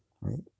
right